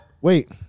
Wait